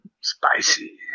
Spicy